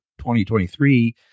2023